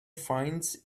finds